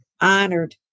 honored